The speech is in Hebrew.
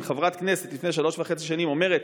אם חברת כנסת לפני שלוש וחצי שנים אומרת: